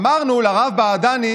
אמרנו לרב בעדני,